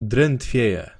drętwieję